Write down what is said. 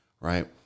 Right